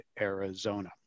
Arizona